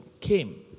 came